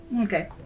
okay